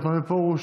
רוטמן ופרוש.